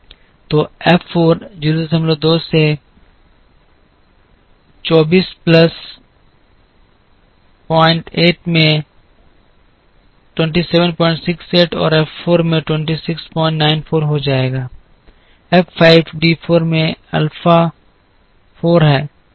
तो F 4 02 से 24 plus point 8 में 2768 और F 4 में 26944 हो जाएगा F 5 D 4 में अल्फा 4 है